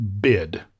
Bid